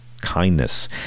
kindness